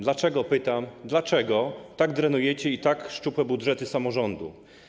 Dlaczego, pytam, dlaczego tak drenujecie i tak szczupłe budżety samorządu?